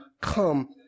come